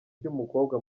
ry’umukobwa